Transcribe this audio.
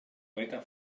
beca